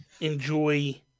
enjoy